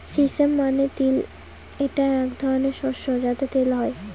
sesame মানে তিল এটা এক ধরনের শস্য যাতে তেল হয়